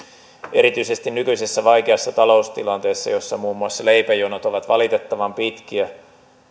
erityisesti nykyisessä vaikeassa taloustilanteessa jossa muun muassa leipäjonot ovat valitettavan pitkiä